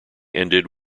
ended